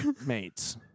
mates